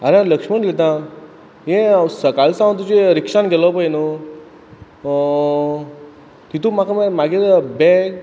आरे लक्ष्मण उलयतां हें सकाळ सावन तुजे रिक्षान गेलो पय न्हू तितू म्हाका मरे म्हागेल बॅग